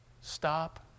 stop